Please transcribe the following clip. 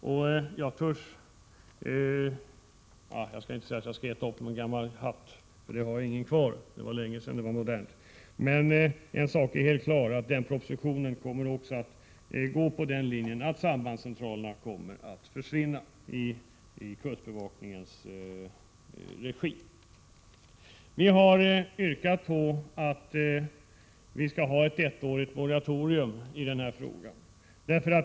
Om jag hade haft kvar någon gammal hatt — men det har jag inte, eftersom det var länge sedan hattarna var moderna — skulle jag ha kunnat säga att jag skulle äta upp min hatt, om propositionen inte kommer att följa linjen att sambandscentralerna skall försvinna i kustbevakningens verksamhet. Vi har yrkat på ett ettårigt moratorium i denna fråga.